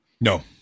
No